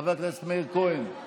חבר הכנסת מאיר כהן,